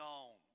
on